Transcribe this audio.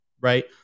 right